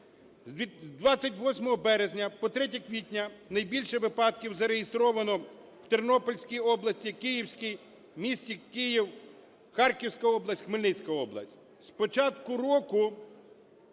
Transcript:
З 28 березня по 3 квітня найбільше випадків зареєстровано в Тернопільській області, Київській, місті Київ, Харківська область, Хмельницька область. З початку року,